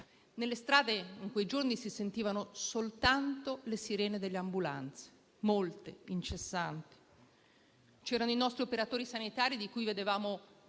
Nelle strade in quei giorni si sentivano soltanto le sirene delle ambulanze, molte, incessanti. I nostri operatori sanitari, i cui volti vedevamo